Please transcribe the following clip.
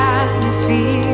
atmosphere